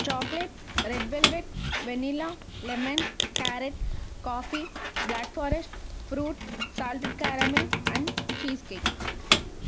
chocolate red velvet vanilla lemon carrot coffee black forest fruit salted caramel and cheese cake